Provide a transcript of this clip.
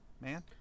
Man